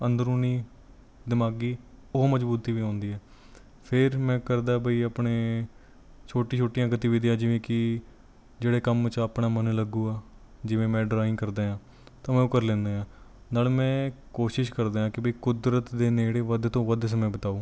ਅੰਦਰੂਨੀ ਦਿਮਾਗੀ ਉਹ ਮਜ਼ਬੂਤੀ ਵੀ ਹੁੰਦੀ ਹੈ ਫਿਰ ਮੈਂ ਕਰਦਾ ਬਈ ਆਪਣੇ ਛੋਟੀ ਛੋਟੀਆਂ ਗਤੀਵਿਧੀਆਂ ਜਿਵੇਂ ਕਿ ਜਿਹੜੇ ਕੰਮ 'ਚ ਆਪਣਾ ਮਨ ਲੱਗੇਗਾ ਜਿਵੇਂ ਮੈਂ ਡਰਾਇੰਗ ਕਰਦਾ ਹਾਂ ਤਾਂ ਮੈਂ ਉਹ ਕਰ ਲੈਂਦਾ ਹਾਂ ਨਾਲੇ ਮੈਂ ਕੋਸ਼ਿਸ਼ ਕਰਦਾ ਕਿ ਵੀ ਕੁਦਰਤ ਦੇ ਨੇੜੇ ਵੱਧ ਤੋਂ ਵੱਧ ਸਮਾਂ ਬਿਤਾਓ